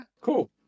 cool